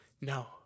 No